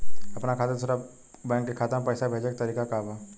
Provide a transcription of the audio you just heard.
अपना खाता से दूसरा बैंक के खाता में पैसा भेजे के तरीका का बा?